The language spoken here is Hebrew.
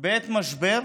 בעת משבר,